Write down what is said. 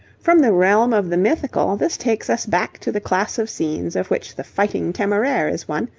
from the realm of the mythical, this takes us back to the class of scenes of which the fighting temeraire is one,